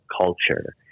culture